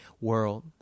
world